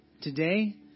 Today